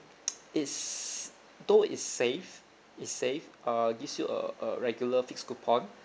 is though is safe is safe err gives you a a regular fixed coupon